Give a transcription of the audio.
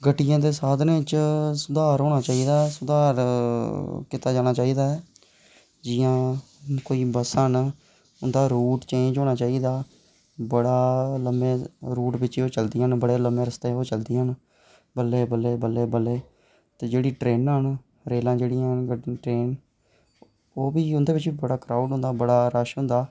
गड्डियां दे साधनें च सुधार होना चाहिदा सुधार कीता जाना चाहिदा ऐ जि'यां कोई बस्सां न उंदा रूट चेंज होना चाहिदा बड़ा लम्मे रूट बिच चलदियां न बड़े लम्मे रस्ते बिच चलदियां न बल्लें बल्लें बल्लें बल्लें ते जेह्ड़ी ट्रेनां न ट्रेनां जेह्ड़ियां न ओह् बी उंदा बी बड़ा क्राऊड होंदा बड़ा रश होंदा